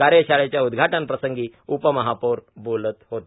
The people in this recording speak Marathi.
कार्यशाळेच्या उद्घाटनप्रसंगी उपमहापौर बोलत होते